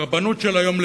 הרבנות של היום,